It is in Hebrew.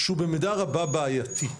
שהוא במידה רבה בעייתי,